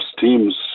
teams